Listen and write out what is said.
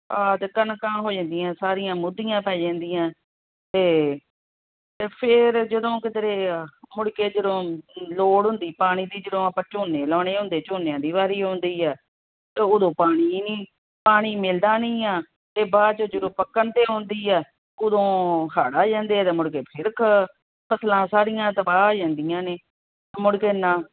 ਆਹ ਅਤੇ ਕਣਕਾਂ ਹੋ ਜਾਂਦੀਆਂ ਸਾਰੀਆਂ ਮੁੱਧੀਆਂ ਪੈ ਜਾਂਦੀਆਂ ਅਤੇ ਫਿਰ ਜਦੋਂ ਕਿਧਰੇ ਮੁੜ ਕੇ ਜਦੋਂ ਲੋੜ ਹੁੰਦੀ ਪਾਣੀ ਦੀ ਜਦੋਂ ਆਪਾਂ ਝੋਨੇ ਲਗਾਉਣੇ ਹੁੰਦੇ ਝੋਨਿਆਂ ਦੀ ਵਾਰੀ ਆਉਂਦੀ ਹੈ ਤਾਂ ਉਦੋਂ ਪਾਣੀ ਹੀ ਨਹੀਂ ਪਾਣੀ ਮਿਲਦਾ ਨਹੀਂ ਆ ਅਤੇ ਬਾਅਦ ਚੋਂ ਜਦੋਂ ਪੱਕਣ 'ਤੇ ਆਉਂਦੀ ਹੈ ਉਦੋਂ ਹੜ੍ਹ ਆ ਜਾਂਦੇ ਆ ਅਤੇ ਮੁੜ ਕੇ ਫਿਰ ਕ ਫਸਲਾਂ ਸਾਰੀਆਂ ਤਬਾਹ ਹੋ ਜਾਂਦੀਆਂ ਨੇ ਮੁੜ ਕੇ ਨਾ